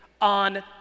On